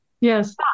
Yes